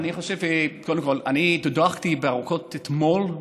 קודם כול, אני תודרכתי ארוכות אתמול,